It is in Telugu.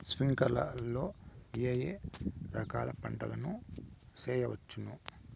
స్ప్రింక్లర్లు లో ఏ ఏ రకాల పంటల ను చేయవచ్చును?